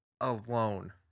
alone